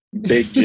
big